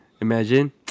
Imagine